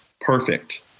perfect